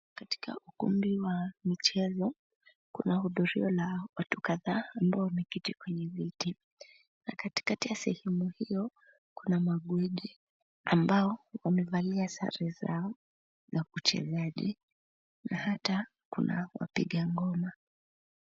Katika ukumbi wa michezo, kuna hudhurio la watu kadhaa ambao wameketi kwenye viti, na katikati ya sehemu hio kuna magwide ambao wamevalia sare zao za uchezaji na hata kuna wapiga ngoma.